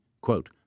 quote